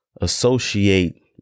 associate